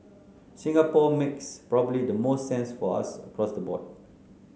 Singapore makes probably the most sense for us across the board